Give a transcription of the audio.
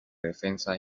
defensa